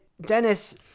Dennis